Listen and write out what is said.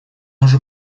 уже